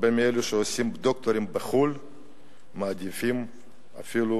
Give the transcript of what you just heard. הרבה מאלו שעושים דוקטורטים בחוץ-לארץ מעדיפים ואפילו